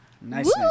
Nice